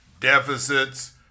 deficits